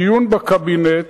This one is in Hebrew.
הדיון בקבינט,